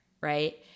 right